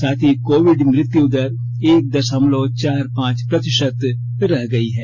साथ ही कोविड मृत्युदर एक दशमलव चार पांच प्रतिशत रह गई है